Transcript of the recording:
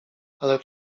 ale